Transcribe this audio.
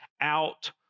out